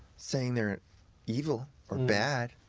saying they're evil or bad,